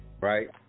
right